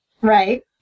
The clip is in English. Right